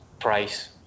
price